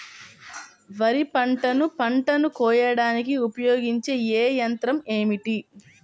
వరిపంటను పంటను కోయడానికి ఉపయోగించే ఏ యంత్రం ఏమిటి?